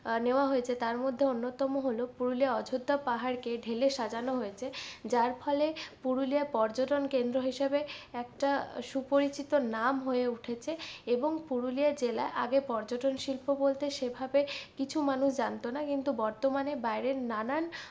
নেওয়া হয়েছে তার মধ্যে অন্যতম হল পুরুলিয়ার অযোধ্যা পাহাড়কে ঢেলে সাজানো হচ্ছে যার ফলে পুরুলিয়ার পর্যটন কেন্দ্র হিসাবে একটা সুপরিচিত নাম হয়ে উঠেছে এবং পুরুলিয়া জেলায় আগে পর্যটন শিল্প বলতে সেভাবে কিছু মানুষ জানতো না কিন্তু বর্তমানে বাইরের নানান